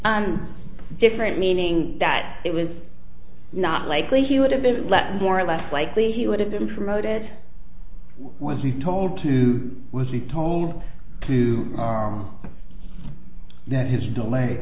them different meaning that it was not likely he would have been let more or less likely he would have been promoted was he told to was he told to them that his delay